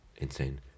insane